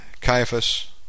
Caiaphas